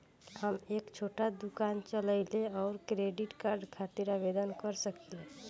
हम एक छोटा दुकान चलवइले और क्रेडिट कार्ड खातिर आवेदन कर सकिले?